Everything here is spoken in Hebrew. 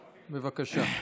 בבקשה.